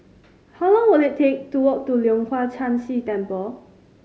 how long will it take to walk to Leong Hwa Chan Si Temple